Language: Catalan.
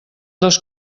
les